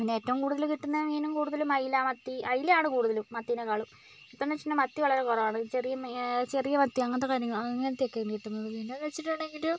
പിന്നെ ഏറ്റവും കൂടുതൽ കിട്ടുന്ന മീനും കൂടുതലും ഐല മത്തി ഐലയാണ് കൂടുതലും മത്തിനേക്കാളും ഇപ്പോഴെന്ന് വെച്ചിട്ടുണ്ടെങ്കിൽ മത്തി വളരെ കുറവാണ് ചെറിയ മീൻ ചെറിയ മത്തി അങ്ങനത്തെ കാര്യങ്ങൾ അങ്ങനത്തെയൊക്കെയെ കിട്ടുന്നുള്ളു പിന്നേന്നു വെച്ചിട്ടുണ്ടെങ്കിൽ